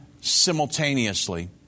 simultaneously